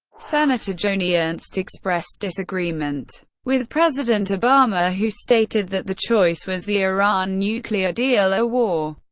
senator joni ernst expressed disagreement with president obama who stated that the choice was the iran nuclear deal or war.